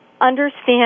understand